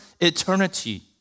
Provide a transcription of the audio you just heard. eternity